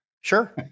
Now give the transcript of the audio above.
Sure